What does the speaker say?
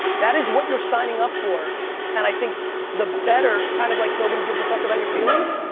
that is what you're signing up for and i think the better, kind of like nobody gives a fuck about your feelings,